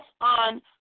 on